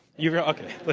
you yeah okay.